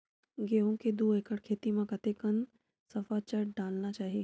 गेहूं के दू एकड़ खेती म कतेकन सफाचट डालना चाहि?